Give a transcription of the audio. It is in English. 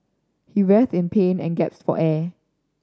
he writhed in pain and gasped for air